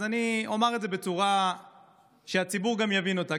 אז אני אומר את זה בצורה שהציבור גם יבין אותה,